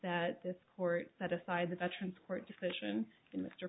that this court set aside the veterans court decision in mr